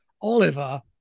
oliver